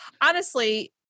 honestly-